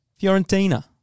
Fiorentina